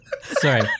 Sorry